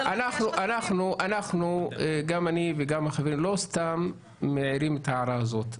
וזה לא --- גם אני וגם החברים לא סתם מעירים את ההערה הזאת,